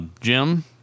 Jim